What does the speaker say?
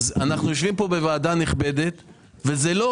אנחנו יושבים פה בוועדה נכבדה וזה לא